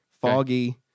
foggy